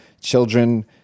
Children